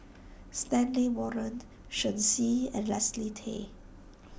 Stanley Warren Shen Xi and Leslie Tay